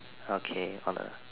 okay on a